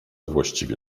właściwie